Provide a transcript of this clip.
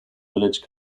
village